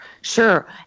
Sure